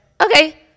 Okay